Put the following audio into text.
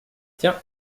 tiens